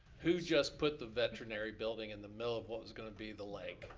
who just put the veterinary building in the middle of what was gonna be the lake.